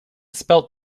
spelt